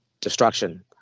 destruction